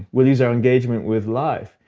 we lose our engagement with life.